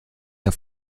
der